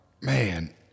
man